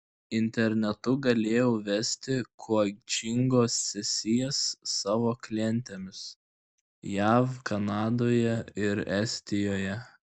internetu galėjau vesti koučingo sesijas savo klientėms jav kanadoje ir estijoje